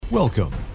Welcome